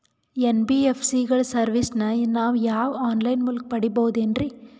NBSC ಗಳ ಸರ್ವಿಸನ್ನ ನಾವು ಆನ್ ಲೈನ್ ಮೂಲಕ ಪಡೆಯಬಹುದೇನ್ರಿ?